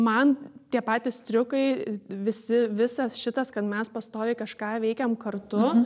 man tie patys triukai visi visas šitas kad mes pastoviai kažką veikiam kartu